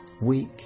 weak